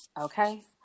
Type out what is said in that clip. okay